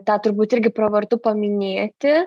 tą turbūt irgi pravartu paminėti